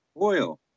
oil